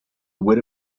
where